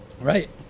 Right